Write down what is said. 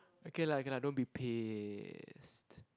okay lah okay lah don't be pissed